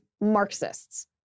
Marxists